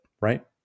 right